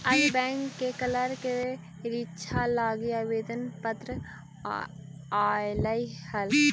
अभी बैंक के क्लर्क के रीक्षा लागी आवेदन पत्र आएलई हल